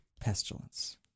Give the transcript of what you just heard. pestilence